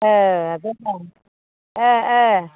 ओह ओह ओह